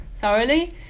thoroughly